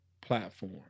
platform